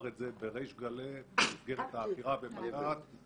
את זה בריש גלי במסגרת העתירה בבג"צ.